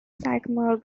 sycamore